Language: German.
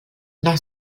nach